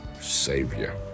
Savior